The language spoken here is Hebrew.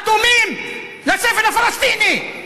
אטומים לסבל הפלסטיני.